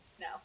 No